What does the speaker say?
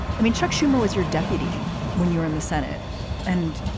i mean, chuck schumer was your deputy when you're in the senate and.